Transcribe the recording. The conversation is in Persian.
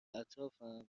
اطرافم